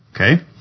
Okay